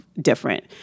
different